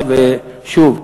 ושוב,